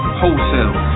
wholesale